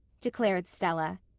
declared stella.